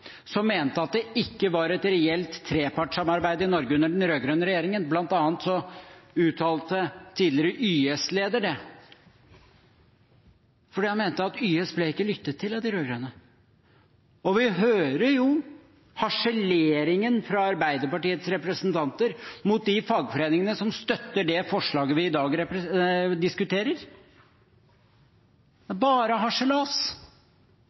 som mente at det ikke var et reelt trepartssamarbeid i Norge under den rød-grønne regjeringen. Det ble uttalt av bl.a. en tidligere YS-leder, for han mente at YS ikke ble lyttet til av de rød-grønne. Og vi hører jo harseleringen fra Arbeiderpartiets representanter over de fagforeningene som støtter det forslaget vi i dag diskuterer. Det er bare harselas